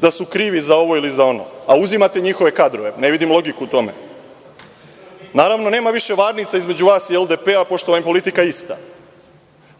da su krivi za ovo ili za ono, a uzimate njihove kadrove. Ne vidim logiku u tome. Naravno, nema više varnica između vas i LDP, pošto vam je politika ista.